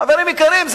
חברים יקרים,